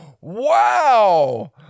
Wow